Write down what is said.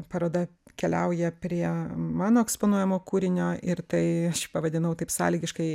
paroda keliauja prie mano eksponuojamo kūrinio ir tai aš jį pavadinau taip sąlygiškai